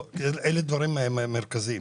אלה דברים מרכזיים.